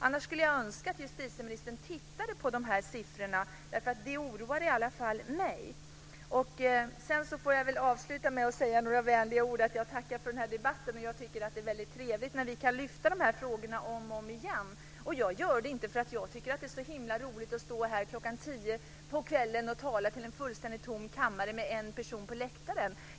Annars skulle jag önska att justitieministern tittade på de här siffrorna. De oroar i alla fall mig. Sedan får jag väl avsluta med att säga några vänliga ord. Jag tackar för den här debatten och tycker att det är väldigt trevligt när vi kan lyfta fram de här frågorna om och om igen. Jag gör det inte därför att jag tycker att det är så himla roligt att stå här klockan tio på kvällen och tala till en fullständigt tom kammare med en person på läktaren.